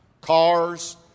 cars